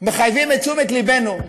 מחייבים את תשומת לבנו: